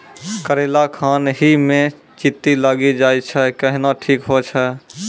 करेला खान ही मे चित्ती लागी जाए छै केहनो ठीक हो छ?